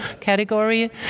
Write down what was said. category